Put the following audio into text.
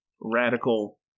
radical